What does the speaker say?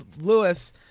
lewis